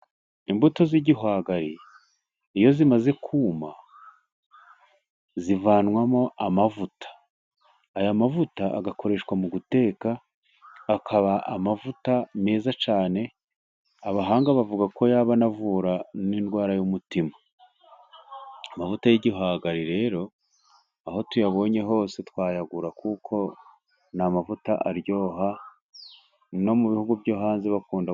Imbuto z'igihwagari iyo zimaze kuwuma zivanwamo amavuta. Aya mavuta agakoreshwa mu guteka akaba amavuta meza cyane. Abahanga bavuga ko yaba anavura n'indwara y'umutima. Amavuta y'igihwagari rero aho tuyabonye hose twayagura, kuko ni amavuta aryoha. no mu bihugu byo hanze bakunda.